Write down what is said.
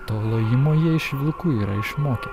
to lojimo jie iš vilkų yra išmokę